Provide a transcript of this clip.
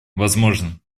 возможен